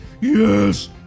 Yes